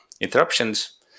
interruptions